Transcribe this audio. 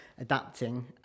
adapting